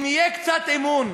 אם יהיה קצת אמון,